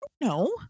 No